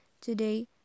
Today